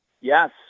Yes